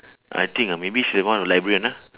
I think ah maybe she one of the librarian ah